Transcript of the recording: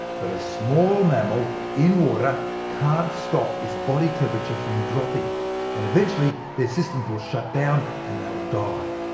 but a small mammal in water can't stop its body temperature from dropping and eventually their systems will shut down and they'll die.